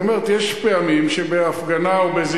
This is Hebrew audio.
היא אומרת שיש פעמים שבהפגנה או באיזה